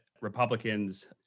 Republicans